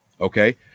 Okay